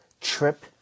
Trip